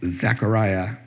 Zechariah